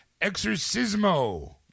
Exorcismo